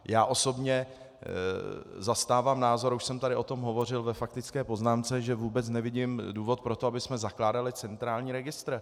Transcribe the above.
Já osobně zastávám názor, a už jsem tady o tom hovořil ve faktické poznámce, že vůbec nevidím důvod pro to, abychom zakládali centrální registr.